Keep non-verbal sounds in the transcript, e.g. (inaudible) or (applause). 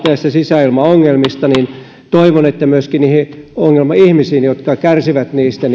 sisäilmaongelmista niin toivon että myöskin niihin ongelmaihmisiin jotka kärsivät niistä (unintelligible)